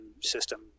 system